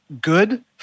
good